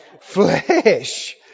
Flesh